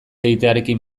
egitearekin